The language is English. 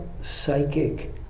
psychic